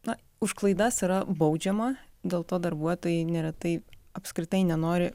na už klaidas yra baudžiama dėl to darbuotojai neretai apskritai nenori